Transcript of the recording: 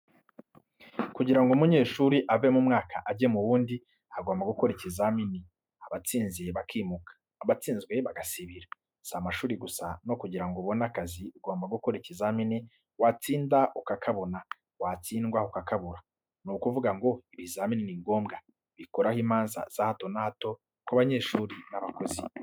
Kugira ngo umunyeshuri ave mu mwaka ajye mu wundi, agomba gukora ikizamini, abatsinze bakimuka, abatsinzwe bagasibira. Si amashuri gusa no kugira ngo ubone akazi ugomba gukora kizamini watsinda ukakabona, watsindwa ukakabura. Ni ukuvuga ngo ibizamini ni ngombwa, bikuraho imanza za hato na hato ku banyeshuri n'abakozi.